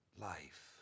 life